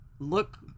look